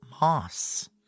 moss